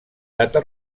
data